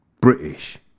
British